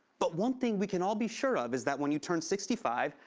but one thing we can all be sure of is that when you turn sixty five,